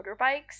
motorbikes